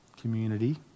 community